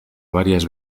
varias